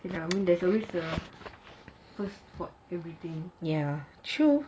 I mean there's always a first for everything